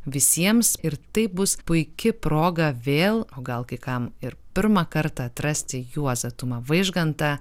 visiems ir tai bus puiki proga vėl o gal kai kam ir pirmą kartą atrasti juozą tumą vaižgantą